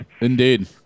Indeed